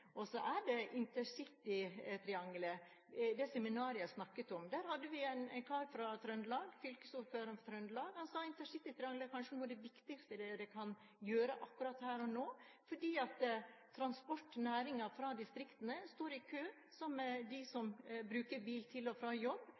kanskje er noe av det viktigste vi kan gjøre noe med akkurat her og nå – dette fordi transportnæringen fra distriktene står i kø sammen med de som bruker bil til og fra jobb,